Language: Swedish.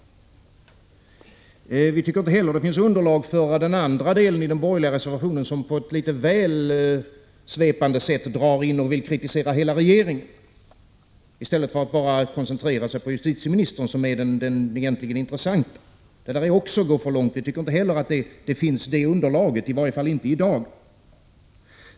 med änlegning CM 5 Vi tycker inte heller att det finns underlag för den andra delen av den mexdet på stotsminister Olof Palme borgerliga reservationen, där man på ett väl svepande sätt vill dra in hela regeringen i kritiken i stället för att koncentrera sig på justitieministern, som är den intressante i sammanhanget. I varje fall tycker vi att det underlaget inte finns i dag.